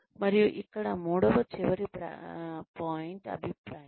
మరియు ఇక్కడ మూడవ చివరి పాయింట్ అభిప్రాయం